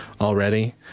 already